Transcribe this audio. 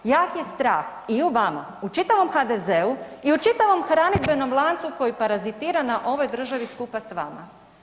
Jak je strah i u vama, u čitavom HDZ-u i u čitavom hranidbenom lancu koji parazitira na ovoj državi skupa s vama.